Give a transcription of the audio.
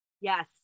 yes